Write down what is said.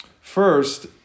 First